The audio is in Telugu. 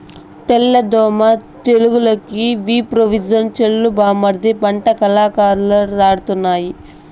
తెల్ల దోమ తెగులుకి విప్రోజిన్ చల్లు బామ్మర్ది పంట కళకళలాడతాయి